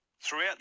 Throughout